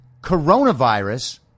coronavirus